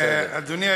בסדר.